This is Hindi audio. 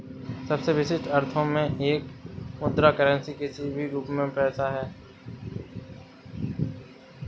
सबसे विशिष्ट अर्थों में एक मुद्रा करेंसी किसी भी रूप में पैसा है